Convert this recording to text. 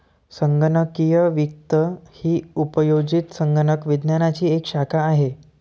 संगणकीय वित्त ही उपयोजित संगणक विज्ञानाची एक शाखा आहे